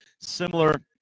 similar